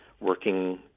working